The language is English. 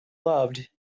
loved